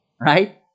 right